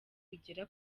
bigera